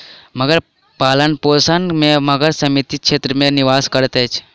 मगर पालनपोषण में मगर सीमित क्षेत्र में निवास करैत अछि